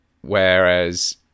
whereas